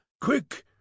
quick